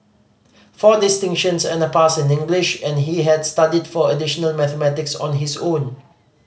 four distinctions and a pass in English and he had studied for additional mathematics on his own